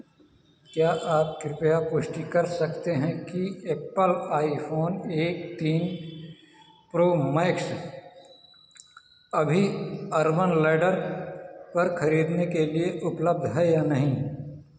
क्या आप कृपया पुष्टि कर सकते हैं कि एप्पल आईफोन एक तीन प्रो मैक्स अभी अर्बन लैडर पर खरीदने के लिए उपलब्ध है या नहीं